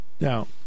Now